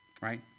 right